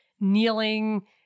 kneeling